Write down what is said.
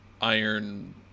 iron